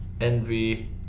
envy